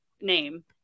name